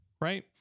Right